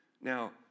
Now